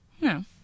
No